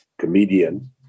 comedian